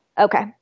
Okay